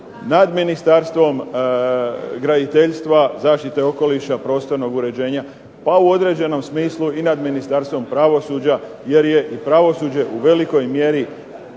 nad Ministarstvom graditeljstva, zaštite okoliša, prostornog uređenja pa u određenom smislu i nad Ministarstvom pravosuđa jer je i pravosuđe u velikoj mjeri